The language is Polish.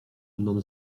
mną